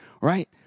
right